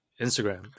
instagram